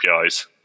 APIs